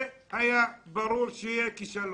זה היה ברור שיהיה כישלון,